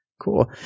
cool